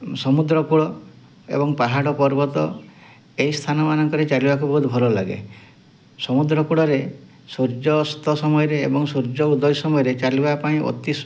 ସମୁଦ୍ର କୂଳ ଏବଂ ପାହାଡ଼ ପର୍ବତ ଏଇ ସ୍ଥାନମାନଙ୍କରେ ଚାଲିବାକୁ ବହୁତ ଭଲ ଲାଗେ ସମୁଦ୍ର କୂଳରେ ସୂର୍ଯ୍ୟ ଅସ୍ତ ସମୟରେ ଏବଂ ସୂର୍ଯ୍ୟ ଉଦୟ ସମୟରେ ଚାଲିବା ପାଇଁ ଅତି